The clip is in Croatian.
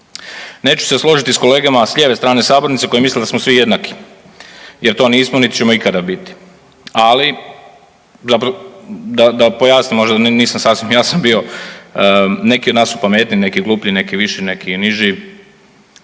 Neću se složiti s kolegama s lijeve strane sabornice koji misle da smo svi jednaki jer to nismo niti ćemo ikada biti, ali da pojasnim možda nisam sasvim jasan bio, neki od nas su pametniji, neki gluplji, neki viši, neki niži,